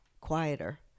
quieter